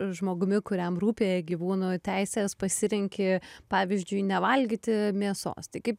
žmogumi kuriam rūpi gyvūnų teisės pasirenki pavyzdžiui nevalgyti mėsos tai kaip